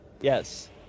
Yes